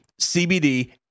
CBD